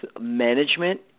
management